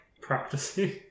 practicing